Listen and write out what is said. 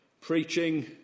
preaching